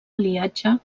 aliatge